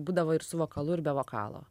būdavo ir su vokalu ir be vokalo